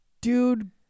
dude